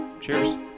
cheers